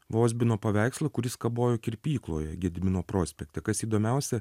vozbino paveikslų kuris kabojo kirpykloje gedimino prospekte kas įdomiausia